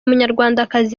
munyarwandakazi